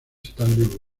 stanley